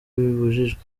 bibujijwe